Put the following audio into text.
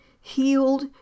healed